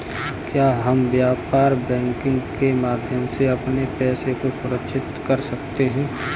क्या हम व्यापार बैंकिंग के माध्यम से अपने पैसे को सुरक्षित कर सकते हैं?